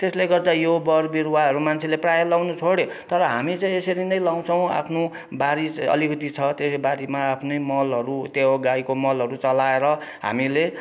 त्यसले गर्दा यो बोट बिरुवाहरू प्रायः मान्छेले लगाउनु छोडे तर हामी चाहिँ यसरी नै लगाउँछौँ आफ्नो बारी अलिकति छ त्यही बारीमा आफ्नै मलहरू त्यो गाईको मलहरू चलाएर हामीले